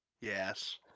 Yes